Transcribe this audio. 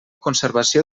conservació